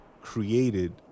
created